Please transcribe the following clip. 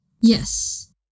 Yes